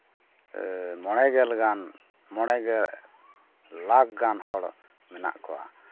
ᱢᱚᱬᱮ ᱜᱮᱞ ᱜᱟᱱ ᱢᱚᱬᱮ ᱜᱮᱞ ᱞᱟᱠᱷ ᱜᱟᱱ ᱦᱚᱲ ᱢᱮᱱᱟᱜ ᱠᱚᱣᱟ